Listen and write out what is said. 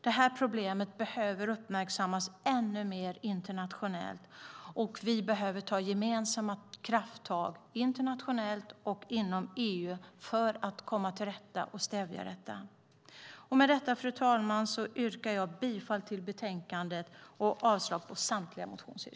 Detta problem behöver uppmärksammas ännu mer internationellt, och vi behöver ta gemensamma krafttag internationellt och inom EU för att stävja och komma till rätta med det. Med detta, fru talman, yrkar jag bifall till förslaget i betänkandet och avslag på samtliga motioner.